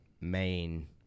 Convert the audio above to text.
main